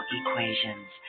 equations